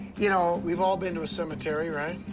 you know, we've all been to a cemetery, right?